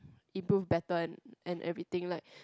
improve better and and everything like